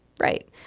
Right